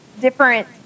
different